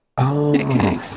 Okay